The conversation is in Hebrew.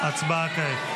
הצבעה כעת.